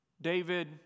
David